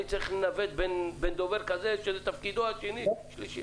אני מנסה לתמרן בין דובר כזה שבתפקידו השני, שלישי